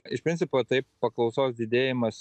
iš principo taip paklausos didėjimas